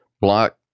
block